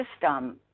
system